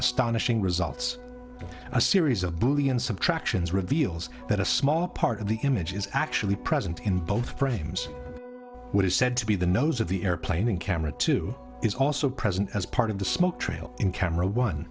astonishing results a series of buoy and subtractions reveals that a small part of the image is actually present in both frames it is said to be the nose of the airplane and camera two is also present as part of the smoke trail in camera one